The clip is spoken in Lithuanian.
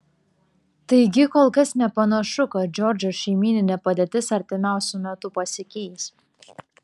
taigi kol kas nepanašu kad džordžo šeimyninė padėtis artimiausiu metu pasikeis